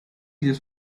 this